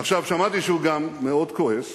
עכשיו שמעתי שהוא גם מאוד כועס,